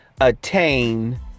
attain